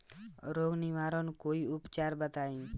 रोग निवारन कोई उपचार बताई?